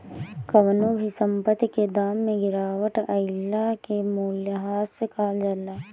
कवनो भी संपत्ति के दाम में गिरावट आइला के मूल्यह्रास कहल जाला